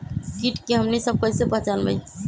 किट के हमनी सब कईसे पहचान बई?